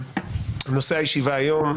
נושא הישיבה היום: